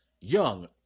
young